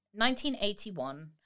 1981